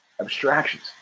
abstractions